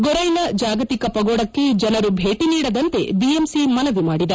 ಗೊರ್ಲೆನ ಜಾಗತಿಕ ಪಗೋಡಕ್ಕೆ ಜನರು ಭೇಟಿ ನೀಡದಂತೆ ಬಿಎಂಸಿ ಮನವಿ ಮಾಡಿದೆ